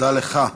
תודה לך,